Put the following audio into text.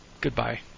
Goodbye